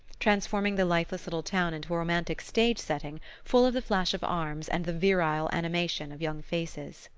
transforming the lifeless little town into a romantic stage-setting full of the flash of arms and the virile animation of young faces.